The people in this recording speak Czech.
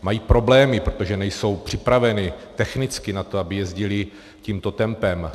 Mají problémy, protože nejsou připraveny technicky na to, aby jezdily tímto tempem.